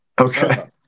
okay